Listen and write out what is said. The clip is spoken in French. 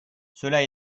cela